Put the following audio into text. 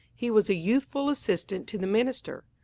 he was a youthful assistant to the minister.